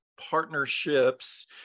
partnerships